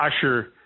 usher